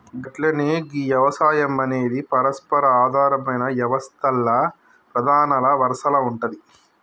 గట్లనే గీ యవసాయం అనేది పరస్పర ఆధారమైన యవస్తల్ల ప్రధానల వరసల ఉంటాది